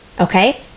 Okay